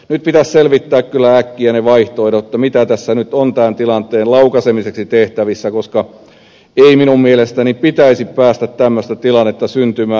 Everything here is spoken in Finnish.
nyt pitäisi kyllä selvittää äkkiä ne vaihtoehdot mitä nyt on tämän tilanteen laukaisemiseksi tehtävissä koska ei minun mielestäni pitäisi päästä tämmöistä tilannetta syntymään